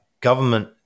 government